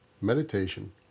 meditation